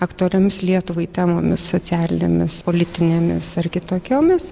aktualiomis lietuvai temomis socialinėmis politinėmis ar kitokiomis